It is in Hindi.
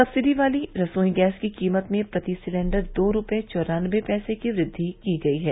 सब्सिडी वाली रसोई गैस की कीमत में प्रति सिलेंडर दो रुपये चौरान्नबे पैसे की वृद्धि की गई है